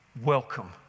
welcome